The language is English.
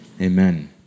Amen